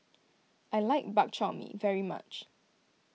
I like Bak Chor Mee very much